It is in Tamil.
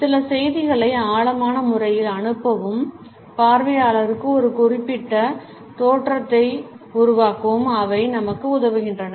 சில செய்திகளை ஆழமான முறையில் அனுப்பவும் பார்வையாளருக்கு ஒரு குறிப்பிட்ட தோற்றத்தை உருவாக்கவும் அவை நமக்கு உதவுகின்றன